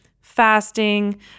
fasting